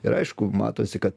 ir aišku matosi kad